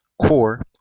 core